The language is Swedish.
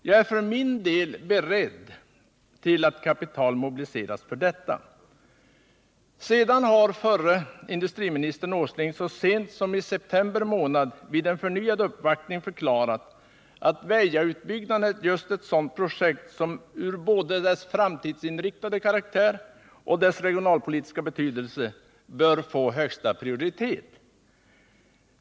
Jag är för min del beredd medverka till att kapital mobiliseras för detta.” Sedan har förre industriministern Åsling så sent som i september månad vid en förnyad uppvaktning förklarat att Väja-utbyggnaden är just ett sådant projekt som både med hänsyn till dess framtidsinriktade karaktär och med hänsyn till dess regionalpolitiska betydelse bör få högsta prioritet.